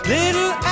little